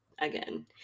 Again